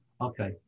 Okay